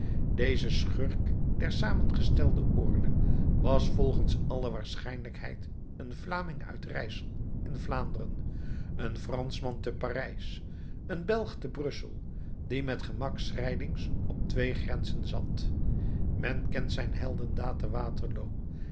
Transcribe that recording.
deze schurk der samengestelde orde was volgens alle waarschijnlijkheid een vlaming uit rijssel in vlaanderen een franschman te parijs een belg te brussel die met gemak schrijlings op twee grenzen zat men kent zijn heldendaad te waterloo